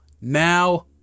Now